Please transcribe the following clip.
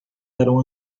eram